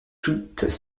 toutes